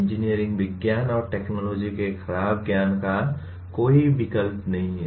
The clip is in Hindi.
इंजीनियरिंग विज्ञान और टेक्नोलॉजी के खराब ज्ञान का कोई विकल्प नहीं है